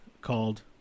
called